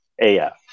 AF